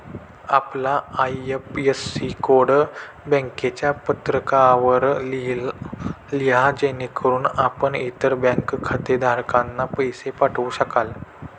आपला IFSC code बँकेच्या पत्रकावर लिहा जेणेकरून आपण इतर बँक खातेधारकांना पैसे पाठवू शकाल